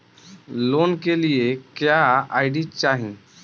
Loan के लिए क्या आई.डी चाही?